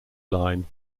line